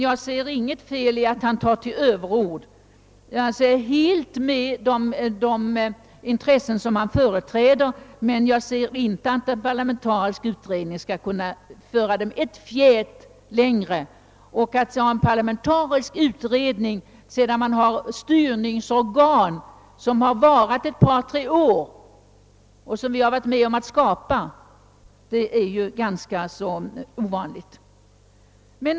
Jag ser inget fel i att han tar till överord och sympatiserar helt med de intressen han företräder, men jag kan inte inse att en parlamentarisk utredning skall kunna föra frågorna ett fjät längre. Att begära en parlamentarisk utredning när vi har styrningsorgan som funnits ett par, tre år och som vi varit med om att skapa är ganska ovanligt.